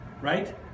right